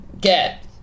get